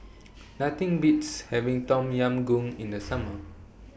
Nothing Beats having Tom Yam Goong in The Summer